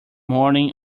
morning